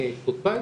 יהיה אשפוז בית,